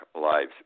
Lives